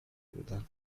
بودن